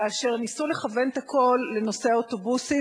כאשר ניסו לכוון את הכול לנושא האוטובוסים